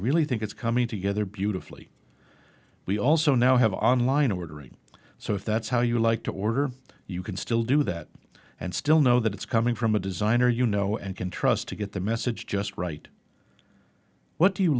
really think it's coming together beautifully we also now have online ordering so if that's how you like to order you can still do that and still know that it's coming from a designer you know and can trust to get the message just right what do you